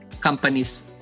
companies